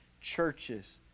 churches